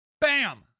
Bam